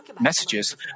messages